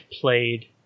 played